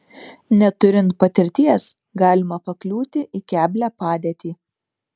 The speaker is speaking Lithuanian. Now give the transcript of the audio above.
neturint patirties galima pakliūti į keblią padėtį